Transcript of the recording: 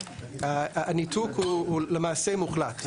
הניתוק הוא למעשה מוחלט.